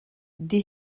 des